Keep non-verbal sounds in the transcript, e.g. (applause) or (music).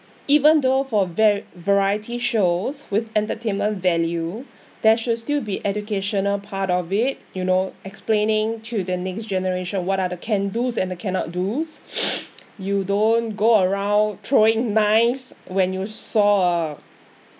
even though for va~ variety shows with entertainment value there should still be educational part of it you know explaining to the next generation what are the can do's and the cannot do's (breath) you don't go around throwing knives when you saw a